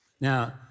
Now